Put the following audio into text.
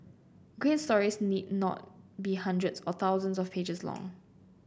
great stories need not be hundreds or thousands of pages long